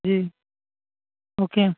जी okay